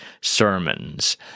sermons